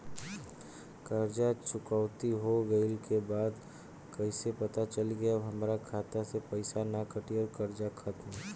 कर्जा चुकौती हो गइला के बाद कइसे पता लागी की अब हमरा खाता से पईसा ना कटी और कर्जा खत्म?